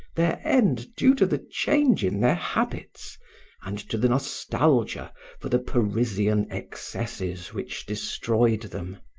their end due to the change in their habits and to the nostalgia for the parisian excesses which destroyed them.